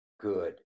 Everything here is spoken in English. good